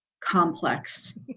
complex